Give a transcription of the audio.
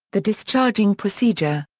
the discharging procedure.